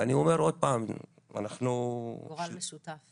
ואני אומר עוד פעם -- גורל משותף.